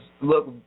look